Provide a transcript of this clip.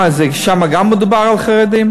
מה זה, שם גם מדובר על חרדים?